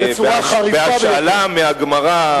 בהשאלה מהגמרא,